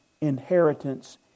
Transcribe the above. inheritance